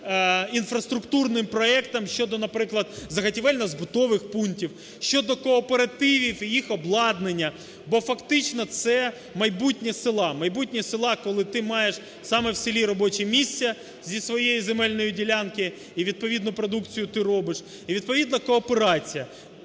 інфраструктурним проектам щодо, наприклад, заготівельно-збутових пунктів, щодо кооперативів і їх обладнання, бо фактично це майбутнє села. Майбутнє села, коли ти маєш саме в селі робоче місце зі своєї земельної ділянки і відповідно продукцію ти робиш, і відповідно кооперація.